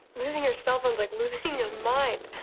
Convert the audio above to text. losing your cell phone's like losing your mind.